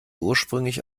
ursprünglich